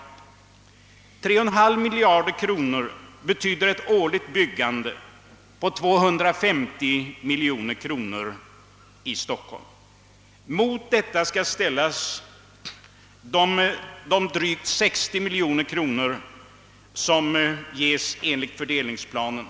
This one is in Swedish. Ett byggande för 3,5 miljarder kronor betyder ett årligt byggande för 250 miljoner kronor i Stockholm. Mot detta belopp skall ställas drygt 60 miljoner, som ges enligt fördelningsplanen.